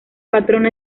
patrona